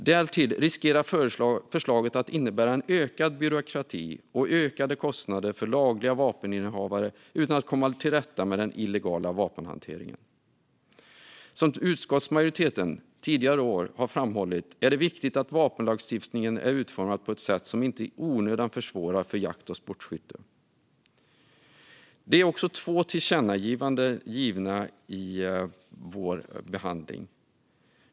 Därtill riskerar förslaget att innebära en ökad byråkrati och ökade kostnader för lagliga vapeninnehavare utan att komma till rätta med den illegala vapenhanteringen. Som utskottsmajoriteten tidigare år har framhållit är det viktigt att vapenlagstiftningen är utformad på ett sätt som inte i onödan försvårar för jakt och sportskytte. Det finns också två tillkännagivanden i vår behandling.